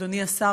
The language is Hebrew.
אדוני השר,